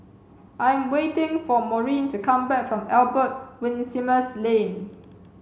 I am waiting for Maurine to come back from Albert Winsemius Lane